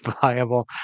viable